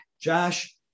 Josh